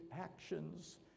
actions